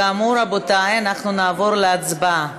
כאמור, רבותי, אנחנו נעבור להצבעה.